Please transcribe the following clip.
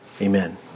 Amen